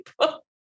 people